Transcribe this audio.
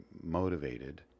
motivated